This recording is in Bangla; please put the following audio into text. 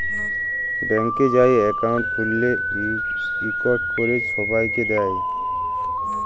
ব্যাংকে যাঁয়ে একাউল্ট খ্যুইলে ইকট ক্যরে ছবাইকে দেয়